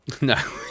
No